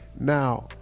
now